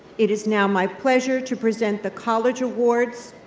it is now my pleasure to present the college awards.